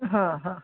हां हां